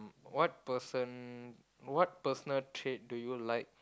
what person~ what personal trait do you like